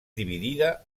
dividida